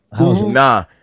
Nah